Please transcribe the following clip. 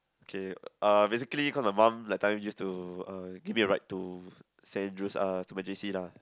okay uh basically because my mum that time used to uh give me a ride to Saint Andrew's uh to my j_c lah